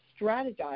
strategize